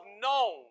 known